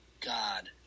god